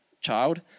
child